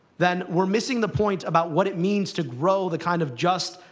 then we're missing the point about what it means to grow the kind of just,